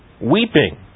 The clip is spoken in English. weeping